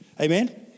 Amen